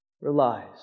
relies